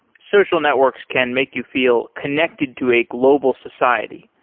social networks can make you feel connected to a global society,